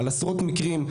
על עשרות מקרים,